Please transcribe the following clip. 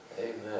Amen